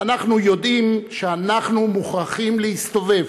אנחנו יודעים שאנחנו מוכרחים להסתובב.